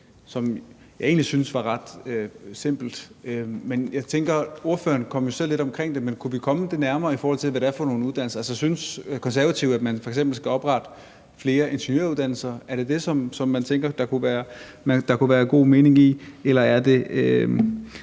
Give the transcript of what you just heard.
som egentlig var ret simpelt. Ordføreren kom selv lidt omkring det, men kunne vi komme det nærmere i forhold til, hvad det er for nogle uddannelser? Synes Konservative, at man f.eks. skal oprette flere ingeniøruddannelser? Er det det, som man tænker der kunne være god mening i? Eller er det